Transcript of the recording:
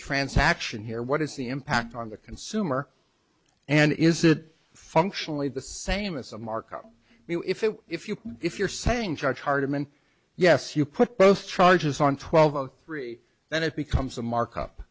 transaction here what is the impact on the consumer and is it functionally the same as a markup if if you if you're saying charge hardiman yes you put both charges on twelve three then it becomes a markup